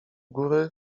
góry